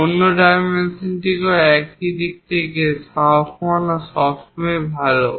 অন্য ডাইমেনশনকেও একই দিক থেকে দেখানো সবসময়ই ভালো